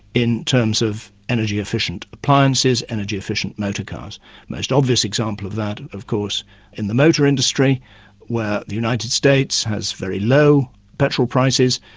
in terms of energy-efficient appliances, energy-efficient motor cars. the most obvious example of that of course in the motor industry where the united states has very low petrol prices,